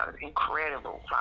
incredible